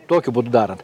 tokiu būdu darant